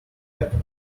happen